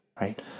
right